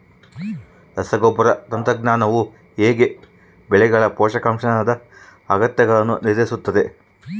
ರಸಗೊಬ್ಬರ ತಂತ್ರಜ್ಞಾನವು ಹೇಗೆ ಬೆಳೆಗಳ ಪೋಷಕಾಂಶದ ಅಗತ್ಯಗಳನ್ನು ನಿರ್ಧರಿಸುತ್ತದೆ?